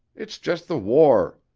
it's just the war.